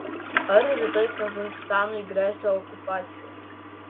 ar rytoj kazachstanui gresia okupacija